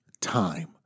time